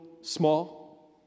small